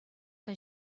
que